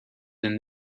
than